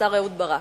השר אהוד ברק,